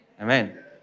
Amen